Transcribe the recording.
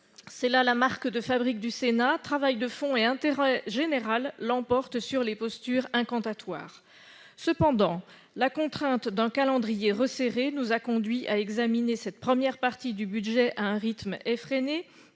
C'est là la marque de fabrique du Sénat : travail de fond et intérêt général l'emportent sur les postures incantatoires. Cependant, la contrainte d'un calendrier resserré nous a conduits à examiner cette première partie de budget à un rythme effréné,